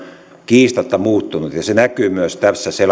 kiistatta muuttunut ja se näkyy myös tässä